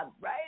right